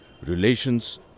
relations